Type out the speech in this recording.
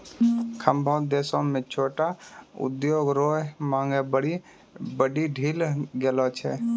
सभ्भे देश म छोटो उद्योग रो मांग बड्डी बढ़ी गेलो छै